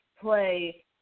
play